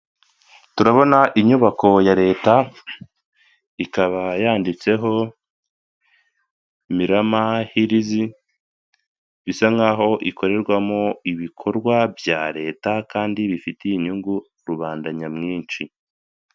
Turabona inyubako ya leta ikaba yanditseho Mirama hirizi bisa nk'aho ikorerwamo ibikorwa bya leta kandi bifitiye inyungu rubanda nyamwinshi.